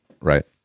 Right